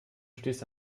stehst